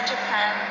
Japan